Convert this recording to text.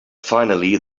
finally